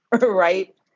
Right